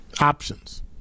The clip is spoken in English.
options